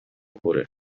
پره